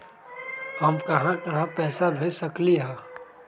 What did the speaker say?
हम कहां कहां पैसा भेज सकली ह?